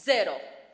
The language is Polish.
Zero.